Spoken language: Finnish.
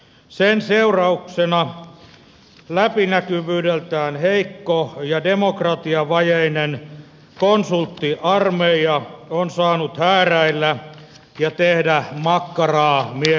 sen seurauksena läpinäkyvyydeltään heikko ja demokratiavajeinen konsulttiarmeija on saanut hääräillä ja tehdä makkaraa mieleisekseen